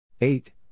eight